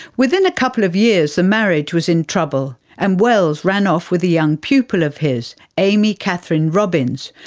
within a couple of years the marriage was in trouble, and wells ran off with a young pupil of his, amy catherine robbins,